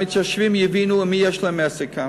שהמתיישבים יבינו עם מי יש להם עסק כאן.